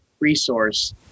resource